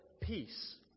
peace